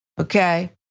okay